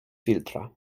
filtra